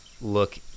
look